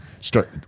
start